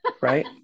right